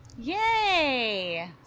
Yay